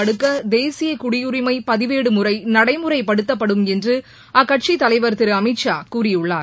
தடுக்க தேசிய குடியுரிமை பதிவேடு முறை நடைமுறைப்படுத்தப்படும் என்று அக்கட்சித் தலைவர் தலைவர் திரு அமித்ஷா கூறியுள்ளார்